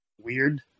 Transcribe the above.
weird